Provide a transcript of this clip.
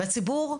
והציבור,